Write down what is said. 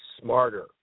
smarter